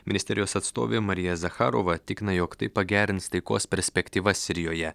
ministerijos atstovė marija zacharova tikina jog tai pagerins taikos perspektyvas sirijoje